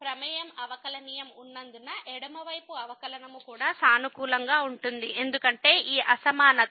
ప్రమేయం అవకలనియమం ఉన్నందున ఎడమ వైపు అవకలనము కూడా సానుకూలంగా ఉంటుంది ఎందుకంటే ఈ అసమానత 0 కి సమానం కంటే ఎక్కువ